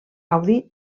gaudir